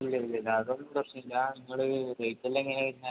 ഇല്ല ഇല്ല അതൊന്നും പ്രശ്നം ഇല്ല നിങ്ങള് റേറ്റ് എല്ലം എങ്ങനെയാണ് വരുന്നത്